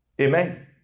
Amen